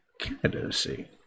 candidacy